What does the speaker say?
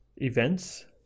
events